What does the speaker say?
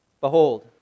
Behold